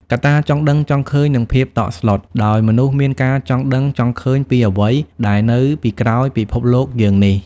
កត្តាចង់ដឹងចង់ឃើញនិងភាពតក់ស្លុត ដោយមនុស្សមានការចង់ដឹងចង់ឃើញពីអ្វីដែលនៅពីក្រោយពិភពលោកយើងនេះ។